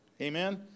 Amen